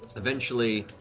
eventually,